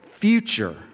future